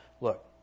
Look